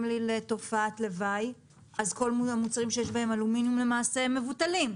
לי לתופעת לוואי אז כל המוצרים שיש בהם אלומיניום למעשה מבוטלים.